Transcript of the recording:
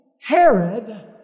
Herod